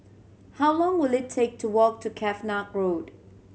how long will it take to walk to Cavenagh Road